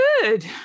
good